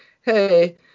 hey